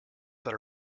that